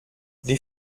des